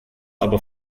aber